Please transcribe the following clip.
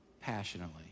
Passionately